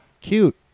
Cute